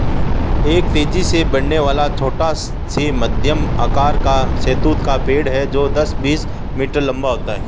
एक तेजी से बढ़ने वाला, छोटा से मध्यम आकार का शहतूत का पेड़ है जो दस, बीस मीटर लंबा होता है